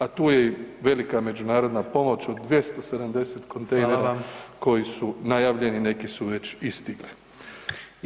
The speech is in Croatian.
A tu je i velika međunarodna pomoć od 270 kontejnera koji su [[Upadica: Hvala vam.]] najavljeni, neki su već i stigli.